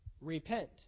Repent